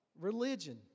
religion